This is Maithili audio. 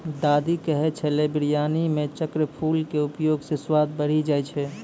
दादी कहै छेलै बिरयानी मॅ चक्रफूल के उपयोग स स्वाद बढ़ी जाय छै